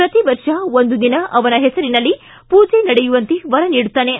ಪ್ರತಿವರ್ಷ ಒಂದು ದಿನ ಅವನ ಹೆಸರಿನಲ್ಲಿ ಪೂಜೆ ನಡೆಯುವಂತೆ ವರ ನೀಡುತ್ತಾನೆ